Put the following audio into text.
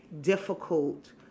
difficult